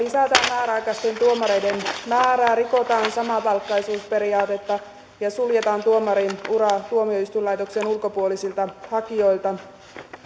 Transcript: määräaikaisten tuomareiden määrää rikotaan samapalkkaisuusperiaatetta ja suljetaan tuomarin ura tuomioistuinlaitoksen ulkopuolisilta hakijoilta